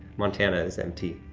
montana is mt.